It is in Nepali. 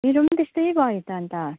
मेरो पनि त्यस्तै भयो त अन्त